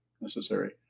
necessary